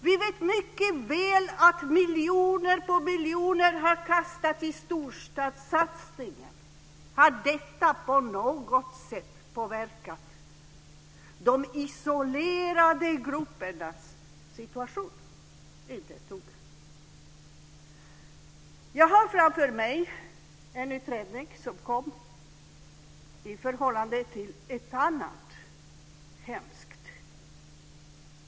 Vi vet mycket väl att miljoner på miljoner har kastats i storstadssatsningen. Har detta på något sätt påverkat de isolerade gruppernas situation? Inte ett dugg. Jag har framför mig en utredning som kom i samband med en annan hemsk händelse.